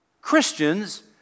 Christians